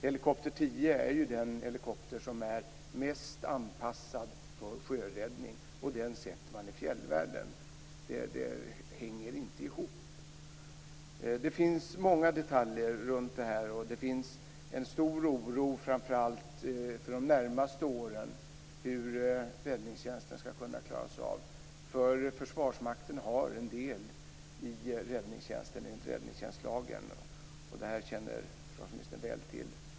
Helikopter 10 är ju den helikopter som är bäst anpassad för sjöräddning, och den sätter man i fjällvärlden. Det hänger inte ihop. Det finns många detaljer runt detta, och en stor oro framför allt för de närmaste åren, när det gäller hur räddningstjänsten skall kunna klaras av. Försvarsmakten har del i räddningstjänsten enligt räddningstjänstlagen. Det känner försvarsministern väl till.